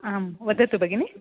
आं वदतु भगिनी